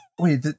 Wait